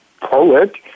Poet